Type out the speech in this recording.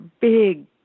big